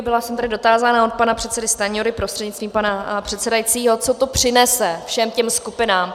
Byla jsem tady dotázána od pana předsedy Stanjury prostřednictvím pana předsedajícího, co to přinese všem těm skupinám.